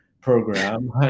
program